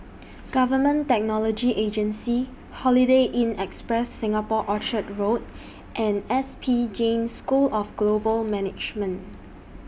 Government Technology Agency Holiday Inn Express Singapore Orchard Road and S P Jain School of Global Management